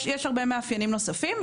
יש הרבה מאפיינים נוספים,